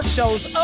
Show's